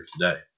today